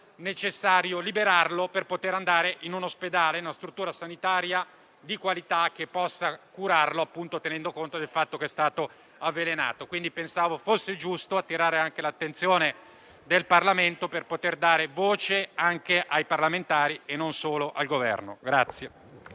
necessario liberarlo per permettergli di andare in un ospedale, in una struttura sanitaria di qualità che possa curarlo, tenendo conto del fatto che è stato avvelenato. Pensavo fosse giusto attirare l'attenzione del Parlamento, per poter dare voce anche ai parlamentari e non solo al Governo.